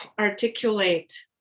articulate